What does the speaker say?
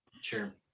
Sure